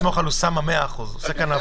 בהבחנות מחלות קשות כסרטן,